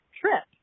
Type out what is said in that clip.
trip